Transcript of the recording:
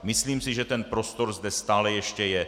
Myslím si, že tento prostor zde stále ještě je.